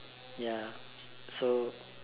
ya so